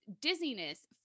dizziness